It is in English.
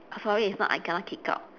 sorry it's not I kena kick out